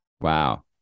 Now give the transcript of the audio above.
Wow